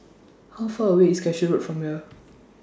How Far away IS Cashew Road from here